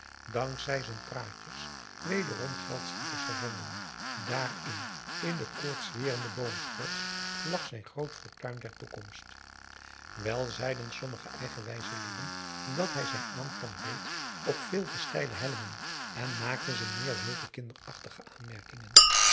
zij z'n praatjes wederom geldschieters gevonden dààrin in de koortswerende boomschors lag zijn groot fortuin der toekomst wel zeiden sommige eigenwijze lieden dat hij zijn aanplant deed op veel te steile hellingen en maakten ze meer zulke kinderachtige aanmerkingen